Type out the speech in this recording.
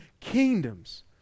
kingdoms